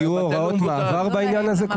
יהיו הוראות מעבר בעניין הזה?